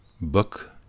book